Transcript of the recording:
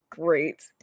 Great